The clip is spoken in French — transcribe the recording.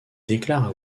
déclarent